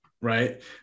right